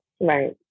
Right